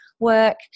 work